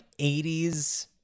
80s